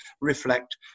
reflect